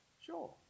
Sure